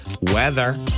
Weather